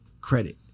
credit